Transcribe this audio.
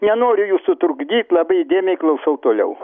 nenoriu jūsų trukdyt labai įdėmiai klausau toliau